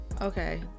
Okay